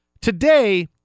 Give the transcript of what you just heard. Today